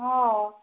ह